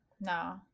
no